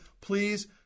please